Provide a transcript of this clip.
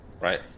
right